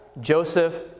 Joseph